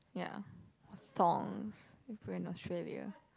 yeah thongs if you're in Australia